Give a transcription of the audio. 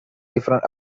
different